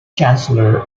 chancellor